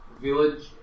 village